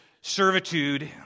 servitude